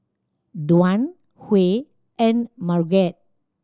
Dwan Huy and Margrett